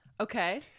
Okay